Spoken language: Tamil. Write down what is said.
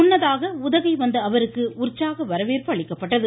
முன்னதாக உதகை வந்த அவருக்கு உற்சாக வரவேற்பு அளிக்கப்பட்டது